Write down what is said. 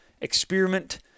experiment